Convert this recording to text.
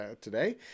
today